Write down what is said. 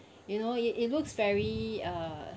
you know it it looks very uh